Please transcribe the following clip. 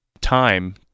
time